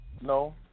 no